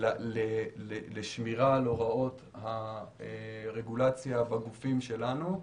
לשמירה על הוראות הרגולציה בגופים שלנו.